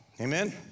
Amen